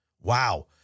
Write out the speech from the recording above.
Wow